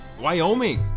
wyoming